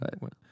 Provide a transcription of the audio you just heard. Right